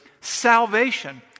salvation